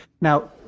Now